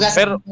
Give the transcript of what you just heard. pero